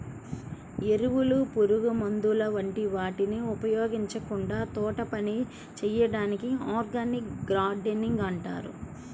ఎరువులు, పురుగుమందుల వంటి వాటిని ఉపయోగించకుండా తోటపని చేయడాన్ని ఆర్గానిక్ గార్డెనింగ్ అంటారు